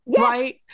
Right